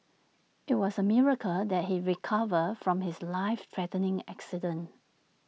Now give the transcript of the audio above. IT was A miracle that he recovered from his life threatening accident